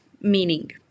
Meaning